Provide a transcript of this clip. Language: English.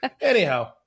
anyhow